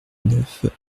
neuf